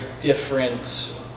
different